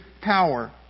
power